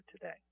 today